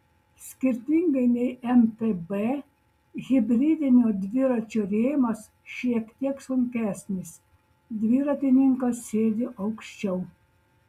skirtingai nei mtb hibridinio dviračio rėmas šiek tiek sunkesnis dviratininkas sėdi aukščiau